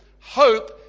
Hope